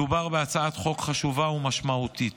מדובר בהצעת חוק חשובה ומשמעותית.